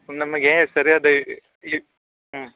ನಮಗೆ ಸರಿಯಾದ ಇ ಇ ಹ್ಞೂ